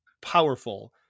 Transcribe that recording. powerful